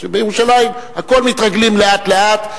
בירושלים לכול מתרגלים לאט-לאט.